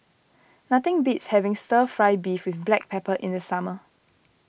nothing beats having Stir Fry Beef with Black Pepper in the summer